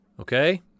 Okay